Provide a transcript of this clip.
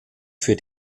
für